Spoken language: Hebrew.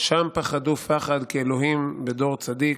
שם פחדו פחד כי אלהים בדור צדיק: